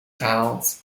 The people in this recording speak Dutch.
gehaald